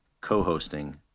co-hosting